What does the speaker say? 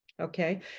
Okay